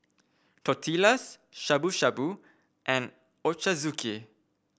Tortillas Shabu Shabu and Ochazuke